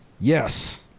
Yes